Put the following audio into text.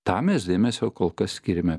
tam mes dėmesio kol kas skiriame